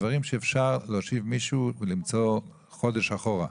דברים שאפשר להושיב מישהו ולמצוא חודש אחורה,